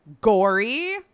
gory